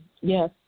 Yes